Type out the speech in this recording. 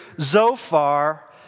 Zophar